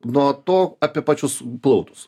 nuo to apie pačius ploutus